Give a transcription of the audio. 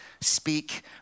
speak